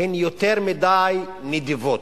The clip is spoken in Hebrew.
הן יותר מדי נדיבות.